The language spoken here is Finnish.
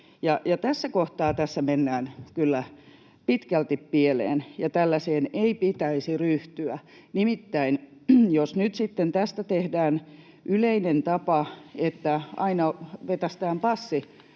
Tässä kohtaa mennään kyllä pitkälti pieleen, ja tällaiseen ei pitäisi ryhtyä. Nimittäin jos nyt tästä tehdään yleinen tapa, että aina vetäistään passiesitys